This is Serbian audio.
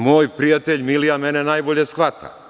Moj prijatelj Milija mene najbolje shvata.